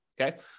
okay